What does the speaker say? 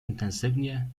intensywnie